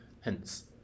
Hence